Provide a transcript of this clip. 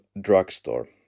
Drugstore